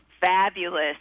fabulous